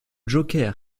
joker